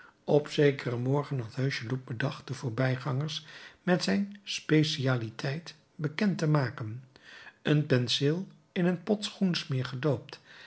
op zekeren morgen had hucheloup bedacht de voorbijgangers met zijn specialiteit bekend te maken een penseel in een pot schoensmeer gedoopt